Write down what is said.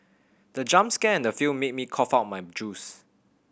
the jump scare in the film made me cough out my juice